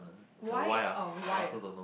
why a wire